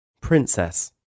Princess